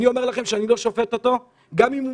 אני אומר לכם שאני לא שופט אותו גם אם הוא